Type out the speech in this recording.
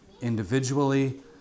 individually